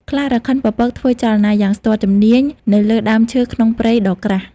ខ្លារខិនពពកធ្វើចលនាយ៉ាងស្ទាត់ជំនាញនៅលើដើមឈើក្នុងព្រៃដ៏ក្រាស់។